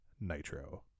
Nitro